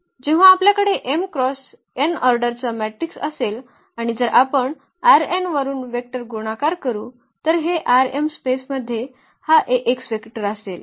जेव्हा आपल्याकडे m cross n ऑर्डरचा मॅट्रिक्स असेल आणि जर आपण वरून वेक्टर गुणाकार करू तर हे स्पेसमध्ये हा वेक्टर असेल